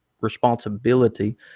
responsibility